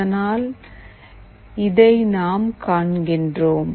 அதனால் இதை நாம் காண்கிறோம்